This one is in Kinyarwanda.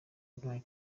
donald